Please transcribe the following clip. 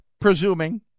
presuming